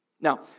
Now